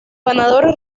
ganadores